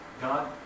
God